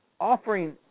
offering